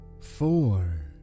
four